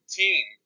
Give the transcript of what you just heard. team